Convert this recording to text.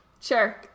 Sure